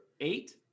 eight